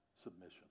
Submission